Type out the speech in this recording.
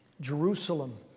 Jerusalem